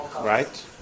right